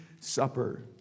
supper